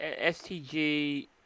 STG